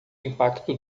impacto